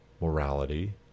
morality